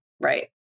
Right